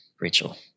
Rachel